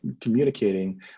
communicating